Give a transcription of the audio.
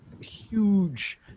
huge